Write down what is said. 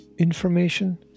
Information